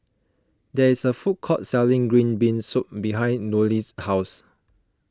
there is a food court selling Green Bean Soup behind Nolie's house